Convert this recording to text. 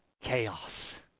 chaos